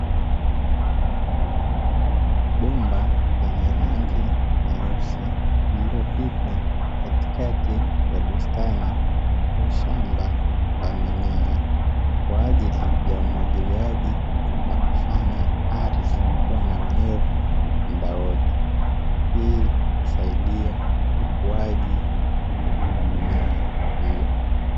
Bomba lenye rangi nyeusi lililopita katikati ya bustani au shamba la mimea kwa ajili ya umwagiliaji na kufanya ardhi kuwa na unyevu muda wote, ili kusaidia ukuaji wa mimea hiyo.